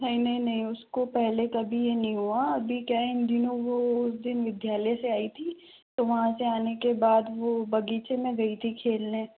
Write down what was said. नहीं नहीं नहीं उसको पहले कभी ये नहीं हुआ अभी क्या है इन दिनों वो उस दिन विद्यालय से आई थी तो वहाँ से आने के बाद वो बगीचे में गई थी खेलने